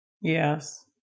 Yes